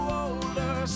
older